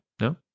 No